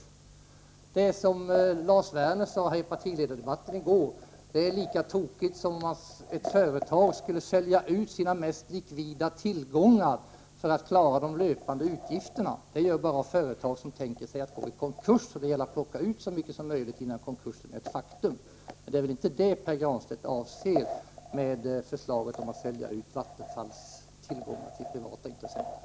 Det är, som Lars Werner sade i partiledardebatten i går, lika tokigt som om ett företag skulle sälja ut sina mest likvida tillgångar för att klara de löpande utgifterna. Det gör bara företag som tänker gå i konkurs, då det gäller att plocka ut så mycket som möjligt, innan konkursen är ett faktum. Men det är väl inte det Pär Granstedt avser med förslaget om att sälja ut Vattenfalls tillgångar till privata intressenter.